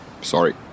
Sorry